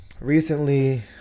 Recently